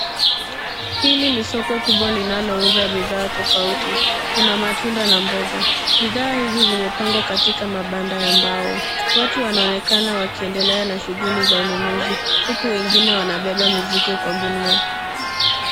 Hili ni soko kubwa linalouza bidhaa tofauti. Kuna matunda na mboga. Bidhaa hizi zimepangwa katika mabanda ya mbao. Watu wanaonekana wakiendelea na shughuli za ununuzi huku wengine wanabeba mizigo kwa gunia.